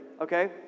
Okay